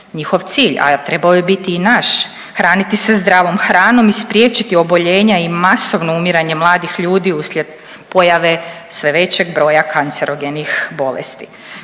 Njihov cilj, a trebao je biti i naš, hraniti se zdravom hranom i spriječiti oboljenja i masovno umiranje mladih ljudi uslijed pojave sve većeg broja kancerogenih bolesti,